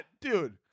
dude